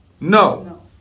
No